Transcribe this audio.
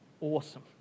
awesome